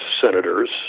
senators